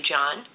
John